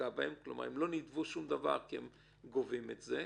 הם לא נידבו שום דבר, כי הם גובים את זה,